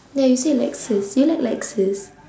no you said lexus you like lexus